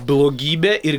blogybė ir